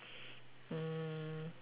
mm